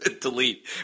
Delete